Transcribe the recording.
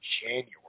January